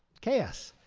chaos!